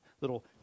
little